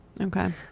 Okay